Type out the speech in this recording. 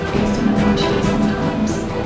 we just don't know what to do sometimes.